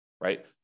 right